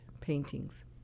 paintings